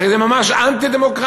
הרי זה ממש אנטי-דמוקרטי.